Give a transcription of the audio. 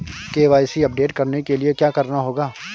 KYC update करने के लिए क्या करना होगा?